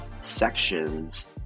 sections